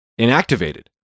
inactivated